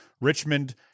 Richmond